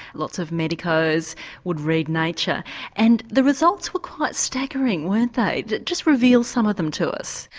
lots of medicos would read nature and the results were quite staggering, weren't they? just reveal some of them to us.